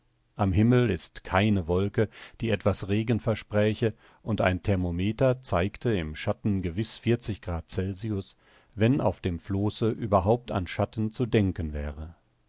am himmel ist keine wolke die etwas regen verspräche und ein thermometer zeigte im schatten gewiß c wenn auf dem flosse überhaupt an schatten zu denken wäre